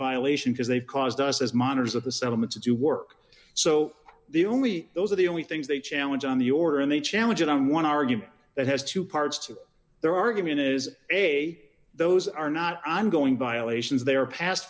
violation because they've caused us as monitors of the settlements to work so the only those are the only things they challenge on the order and they challenge it on one argument that has two parts to their argument is a those are not i'm going violations they are pas